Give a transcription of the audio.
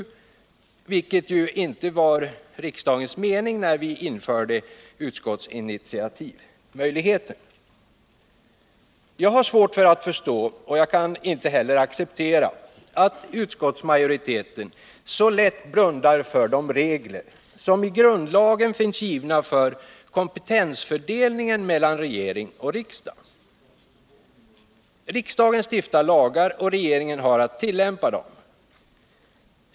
Men detta var ju inte riksdagens syfte med utskottsinitiativet när det infördes. Jag har svårt att förstå, och kan inte heller acceptera, att utskottsmajoriteten så lätt blundar för reglerna i grundlagen om fördelningen mellan regering och riksdag när det gäller kompetensen. Riksdagen stiftar lagar, och regeringen har att tillämpa dem.